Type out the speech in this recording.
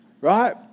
Right